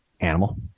animal